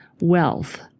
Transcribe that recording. wealth